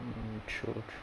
mm mm true